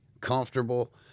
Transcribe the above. comfortable